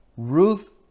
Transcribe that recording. Ruth